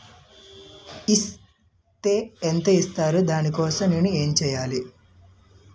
Is తే ఎంత ఇస్తారు దాని కోసం నేను ఎంచ్యేయాలి?